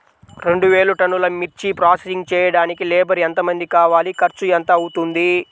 రెండు వేలు టన్నుల మిర్చి ప్రోసెసింగ్ చేయడానికి లేబర్ ఎంతమంది కావాలి, ఖర్చు ఎంత అవుతుంది?